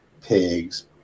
pigs